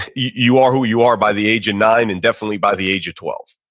you are who you are by the age of nine and definitely by the age of twelve.